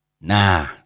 Nah